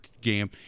game